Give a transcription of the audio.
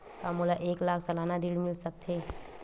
का मोला एक लाख सालाना ऋण मिल सकथे?